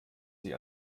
sich